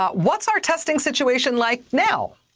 but what's our testing situation like now?